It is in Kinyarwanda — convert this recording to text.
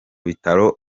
bitaro